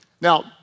Now